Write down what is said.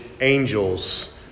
angels